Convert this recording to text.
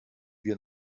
wir